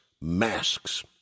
masks